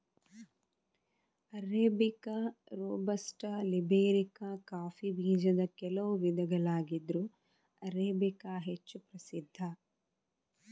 arabica, robusta, liberica coffee ಬೀಜದ ಕೆಲವು ವಿಧಗಳಾಗಿದ್ರೂ ಅರೇಬಿಕಾ ಹೆಚ್ಚು ಪ್ರಸಿದ್ಧ